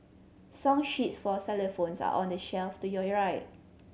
song sheets for xylophones are on the shelf to your right